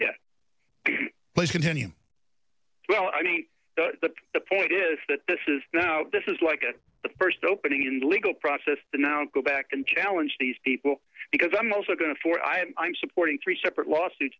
continue well i mean the the point is that this is now this is like the first opening in the legal process the now go back and challenge these people because i'm also going to for i am i'm supporting three separate lawsuits